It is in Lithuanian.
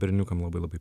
berniukam labai labai